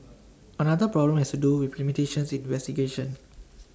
another problem has do with limitations in investigation